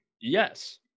yes